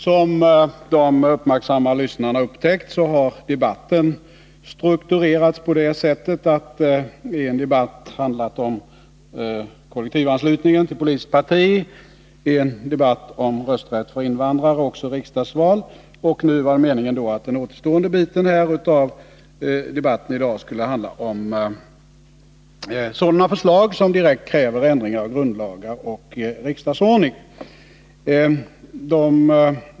Som de uppmärksamma lyssnarna upptäckt, har debatten strukturerats på det sättet att den berört tre områden: en debatt har handlat om kollektivanslutningen till politiskt parti, en debatt om rösträtt för invandrare också i riksdagsval, och meningen är att den återstående delen av dagens debatt i detta ärende skall handla om sådana förslag där det direkt krävs ändringar av grundlagar och riksdagsordning.